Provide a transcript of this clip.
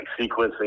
sequencing